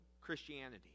Christianity